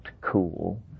cool